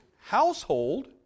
household